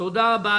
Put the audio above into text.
תודה רבה.